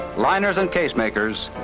liners and case makers,